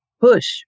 push